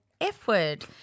f-word